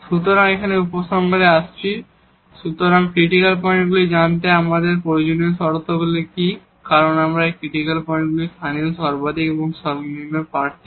সুতরাং এখানে উপসংহারে আসছি সুতরাং ক্রিটিকাল পয়েন্টগুলি জানতে আমাদের প্রয়োজনীয় শর্তগুলি কী কারণ এই ক্রিটিকাল পয়েন্টগুলি স্থানীয় মাক্সিমাম এবং মিনিমাম ক্যান্ডিডেড